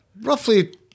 roughly